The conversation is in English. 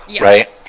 right